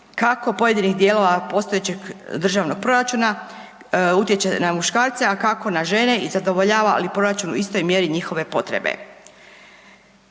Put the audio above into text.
kako pojedinih dijelova postojećeg državnog proračuna utječe na muškarce, a kako na žene i zadovoljava li proračun u istoj mjeri njihove potrebe.